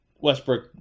Westbrook